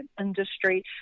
industry